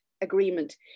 agreement